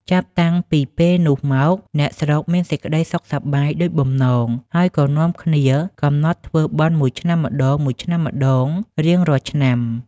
ចាប់តាំងពីពេលនោះមក អ្នកស្រុកមានសេចក្តីសុខសប្បាយដូចបំណង ហើយក៏នាំគ្នាកំណត់ធ្វើបុណ្យមួយឆ្នាំម្ដងៗរៀងរាល់ឆ្នាំ ។